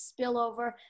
Spillover